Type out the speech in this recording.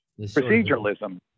Proceduralism